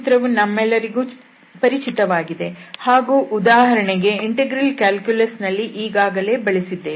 ಈ ಸೂತ್ರವು ನಮ್ಮೆಲ್ಲರಿಗೆ ಪರಿಚಿತವಾಗಿದೆ ಹಾಗೂ ಉದಾಹರಣೆಗೆ ಇಂಟೆಗ್ರಲ್ ಕ್ಯಾಲ್ಕುಲಸ್ ನಲ್ಲಿ ಈಗಾಗಲೇ ಬಳಸಿದ್ದೇವೆ